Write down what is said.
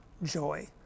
joy